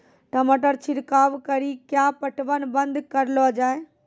टमाटर छिड़काव कड़ी क्या पटवन बंद करऽ लो जाए?